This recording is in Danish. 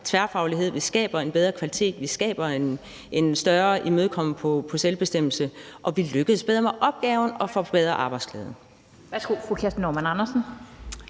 tværfaglighed, skaber en bedre kvalitet, skaber en større imødekommenhed mod selvbestemmelse og lykkes bedre med opgaven og forbedrer arbejdsglæden.